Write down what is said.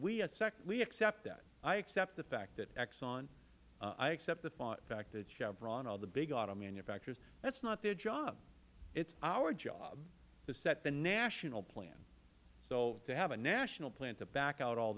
we accept that i accept the fact that exxon i accept the fact that chevron are the big auto manufacturers that is not their job it is our job to set the national plan so to have a national plan to back out all